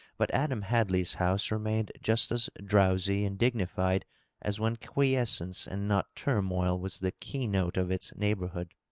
but adam hadley's house remained just as drowsy and dignified as when quiescence and not turmoil was the key-note of its neighborhood.